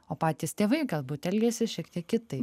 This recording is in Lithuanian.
o patys tėvai galbūt elgiasi šiek tiek kitaip